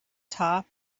top